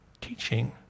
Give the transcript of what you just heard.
Teaching